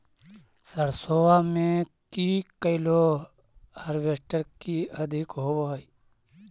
सरसोबा मे की कैलो हारबेसटर की अधिक होब है?